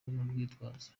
urwitwazo